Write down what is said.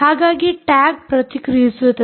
ಹಾಗಾಗಿ ಟ್ಯಾಗ್ ಪ್ರತಿಕ್ರಿಯಿಸುತ್ತದೆ